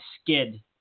skid